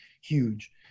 huge